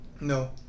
No